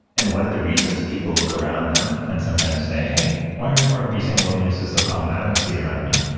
and one of the reasons people look around them and sometimes say, hey, why are and are we saying loneliness is so common? i don't see it around me,